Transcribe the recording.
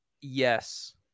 Yes